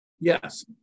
Yes